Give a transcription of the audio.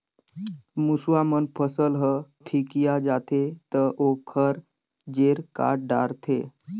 मूसवा मन फसल ह फिकिया जाथे त ओखर जेर काट डारथे